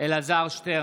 אלעזר שטרן,